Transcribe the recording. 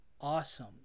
awesome